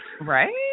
Right